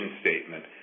statement